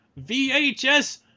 VHS